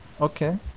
Okay